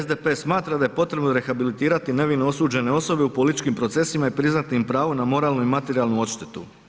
SDP smatra da je potrebno rehabilitirati nevino osuđene osobe u političkim procesima i priznati im pravo na moralnu i materijalnu odštetu.